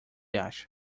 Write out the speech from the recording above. acha